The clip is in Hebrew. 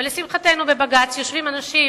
ולשמחתנו בבג"ץ יושבים אנשים